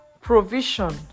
provision